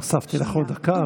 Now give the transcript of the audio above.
הוספתי לך עוד דקה,